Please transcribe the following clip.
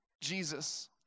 Jesus